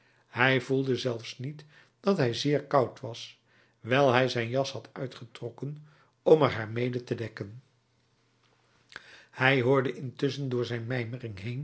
hij voelde zelfs niet dat hij zeer koud was wijl hij zijn jas had uitgetrokken om er haar mede te dekken hij hoorde intusschen door zijn